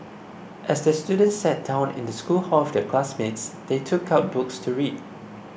as the students sat down in the school hall with their classmates they took out books to read